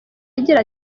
agira